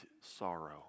sorrow